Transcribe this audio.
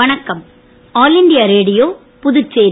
வணக்கம் all India ரேடியோஇபுதுச்சேரி